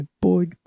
boy